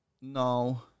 no